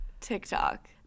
TikTok